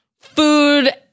food